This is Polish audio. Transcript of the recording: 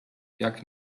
jak